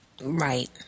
Right